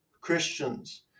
Christians